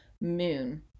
moon